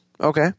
okay